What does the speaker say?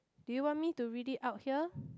do you want me to read it out here